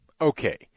okay